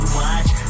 watch